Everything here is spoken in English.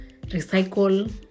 recycle